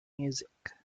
music